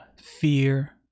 fear